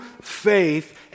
faith